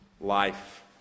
life